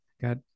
got